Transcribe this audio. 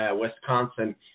Wisconsin